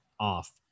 off